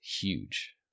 huge